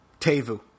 Tevu